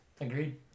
Agreed